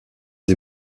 des